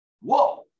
Whoa